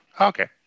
Okay